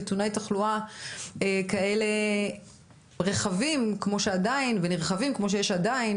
נתוני תחלואה כאלה רחבים ונרחבים כמו שיש עדיין,